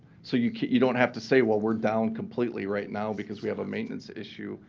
so you you don't have to say, well, we're down completely right now because we have a maintenance issue.